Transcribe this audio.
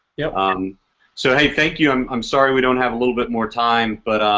yeah um so i thank you, i'm i'm sorry we don't have a little bit more time but